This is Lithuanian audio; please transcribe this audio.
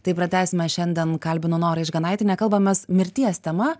tai pratęsime šiandien kalbinu norą išganaitienę kalbamės mirties tema